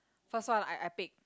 first one I I pick